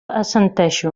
assenteixo